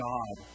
God